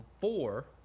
four